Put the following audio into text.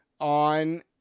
on